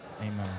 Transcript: Amen